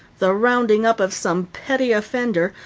the rounding up of some petty offender,